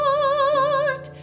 Lord